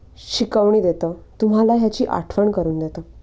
शिकवणी देतं तुम्हाला ह्याची आठवण करून देतं